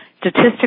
Statistics